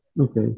okay